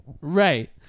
right